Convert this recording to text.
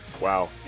Wow